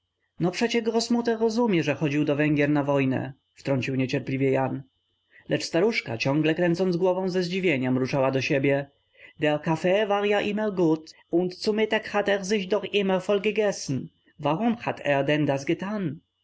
no przecie grossmutter rozumie że chodził do węgier na wojnę wtrącił niecierpliwie jan lecz staruszka ciągle kręcąc głową ze zdziwienia mruczała do siebie der kaffee war ja immer gut und zu mittag hat er sich doch immer vollgegessen warum hat er denn das gethan